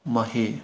ꯃꯍꯩ